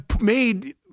made